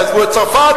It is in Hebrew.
יעזבו את צרפת,